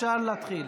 אפשר להתחיל.